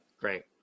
Great